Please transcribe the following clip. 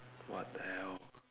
what the hell